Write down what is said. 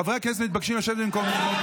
חברי הכנסת מתבקשים לשבת במקומם.